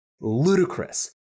ludicrous